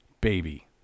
baby